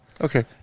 Okay